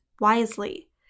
wisely